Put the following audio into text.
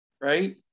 right